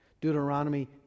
Deuteronomy